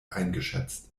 eingeschätzt